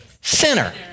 sinner